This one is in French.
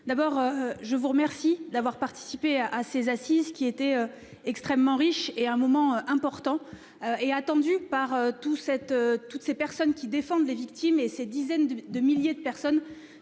D'abord je vous remercie d'avoir participé à ces assises qui était extrêmement riche et à un moment important et attendu par tout. Toutes ces personnes qui défendent les victimes et ces dizaines de milliers de personnes